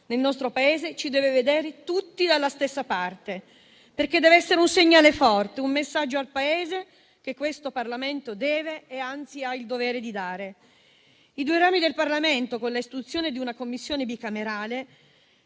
nel nostro Paese, ci devono vedere tutti dalla stessa parte. Dev'essere un segnale forte e un messaggio al Paese che il Parlamento deve dare (anzi, ha il dovere di farlo). I due rami del Parlamento con l'istituzione di una Commissione bicamerale